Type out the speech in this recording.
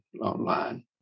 online